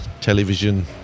television